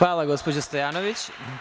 Hvala, gospođo Stojanović.